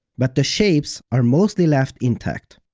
but the shapes are mostly left intact.